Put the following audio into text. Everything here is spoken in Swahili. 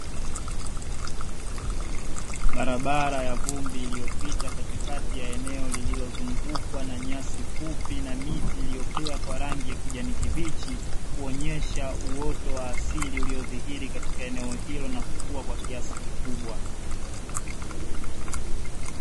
Barabara ya vumbi iliyopita katikati ya eneo lililozungukwa na nyasi fupi na miti, iliyopea kwa rangi ya kijani kibichi kuonyesha uoto wa asili uliodhihiri katika eneo hili na kuota kwa kiasi kikubwa.